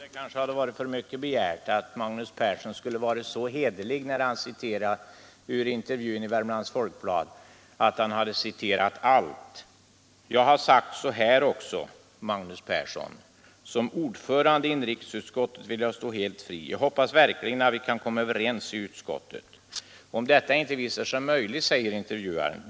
Herr talman! Det kanske är för mycket begärt att Magnus Persson skulle vara så hederlig att han citerade hela intervjun i Värmlands Folkblad. Jag sade så här, Magnus Persson: ”Som ordförande i inrikesutskottet vill jag stå helt fri. Jag hoppas verkligen att vi kan komma överens i utskottet.” ”Men om detta inte visar sig möjligt?” — säger intervjuaren.